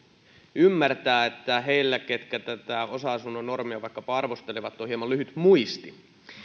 ymmärtää että niillä jotka tätä osa asunnon normia vaikkapa arvostelevat on hieman lyhyt muisti